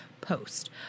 post